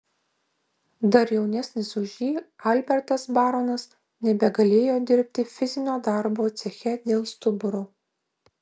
dar jaunesnis už jį albertas baronas nebegalėjo dirbti fizinio darbo ceche dėl stuburo